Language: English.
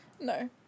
No